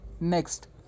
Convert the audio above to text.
Next